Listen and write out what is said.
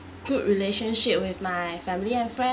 good relationship with my family and friends